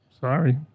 sorry